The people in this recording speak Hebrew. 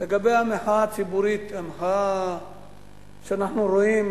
לגבי המחאה הציבורית, המחאה שאנחנו רואים